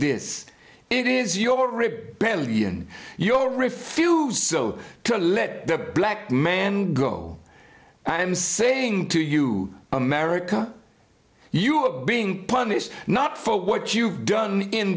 this it is your rebellion your refusal to let the black man go i am saying to you america you are being punished not for what you've done in